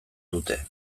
dute